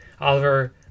Oliver